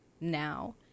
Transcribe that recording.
now